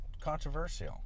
controversial